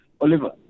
Oliver